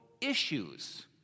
issues